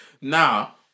now